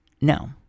no